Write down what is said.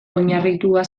oinarritua